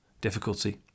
difficulty